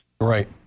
Right